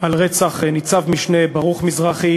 על רצח ניצב-משנה ברוך מזרחי